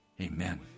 Amen